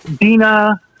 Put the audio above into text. Dina